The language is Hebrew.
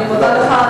אני מודה לך.